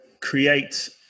create